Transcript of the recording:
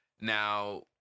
Now